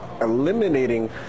eliminating